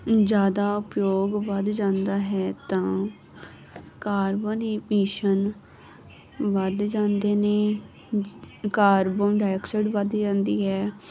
ਜਿਆਦਾ ਉਪਯੋਗ ਵਧ ਜਾਂਦਾ ਹੈ ਤਾਂ ਕਾਰਬਨ ਭੀਸ਼ਨ ਵੱਧ ਜਾਂਦੇ ਨੇ ਕਾਰਬਨ ਡਾਈਆਕਸਾਈਡ ਵੱਧ ਜਾਂਦੀ ਹੈ